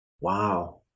Wow